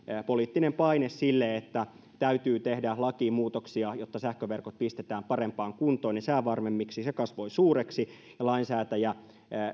poliittinen paine sille että täytyy tehdä lakimuutoksia jotta sähköverkot pistetään parempaan kuntoon ja säävarmemmiksi kasvoi suureksi ja lainsäätäjä